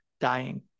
dying